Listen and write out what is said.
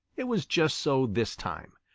it was just so this time.